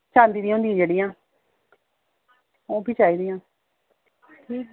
चांदी दियां होंदियां जेह्ड़ियां ओह्बी चाही दियां ठीक